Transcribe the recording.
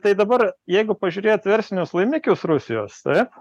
tai dabar jeigu pažiūrėt verslinius laimikius rusijos taip